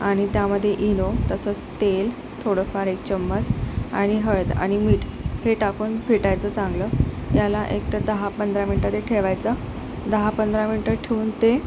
आणि त्यामध्ये इनो तसंच तेल थोडंफार एक चमचा आणि हळद आणि मीठ हे टाकून फेटायचं चांगलं याला एक तर दहा पंधरा मिनटं ते ठेवायचं दहा पंधरा मिनटं ठेऊन ते